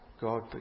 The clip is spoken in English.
God